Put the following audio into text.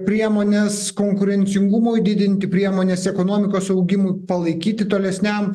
priemonės konkurencingumui didinti priemonės ekonomikos augimui palaikyti tolesniam